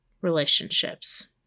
relationships